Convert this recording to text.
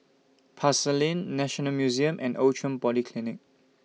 Pasar Lane National Museum and Outram Polyclinic